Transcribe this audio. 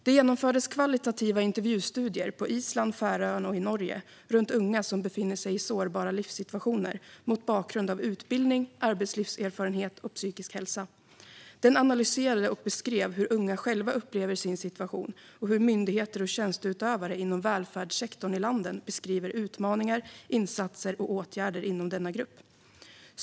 Man gjorde kvalitativa intervjustudier på Island, på Färöarna och i Norge med unga som befinner sig i sårbara livssituationer mot bakgrund av utbildning, arbetslivserfarenhet och psykisk hälsa. Sedan analyserade och beskrev man i rapporten hur unga själva upplever sin situation och hur myndigheter och tjänsteutövare inom välfärdssektorn i länderna beskriver utmaningar, insatser och åtgärder inom denna grupp.